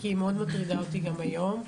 היא מאוד מטרידה אותי גם היום.